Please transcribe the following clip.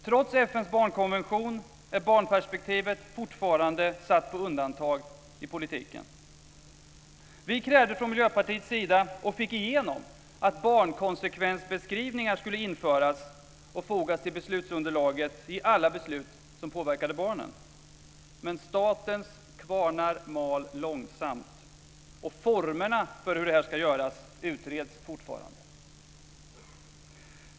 Trots FN:s barnkonvention är barnperspektivet fortfarande satt på undantag i politiken. Vi i Miljöpartiet krävde, och fick igenom, att barnkonsekvensbeskrivningar skulle införas och fogas till beslutsunderlaget i alla beslut som påverkar barnen. Men statens kvarnar mal långsamt, och formerna för hur det här ska göras utreds fortfarande.